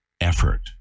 effort